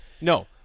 No